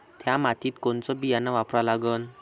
थ्या मातीत कोनचं बियानं वापरा लागन?